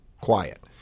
quiet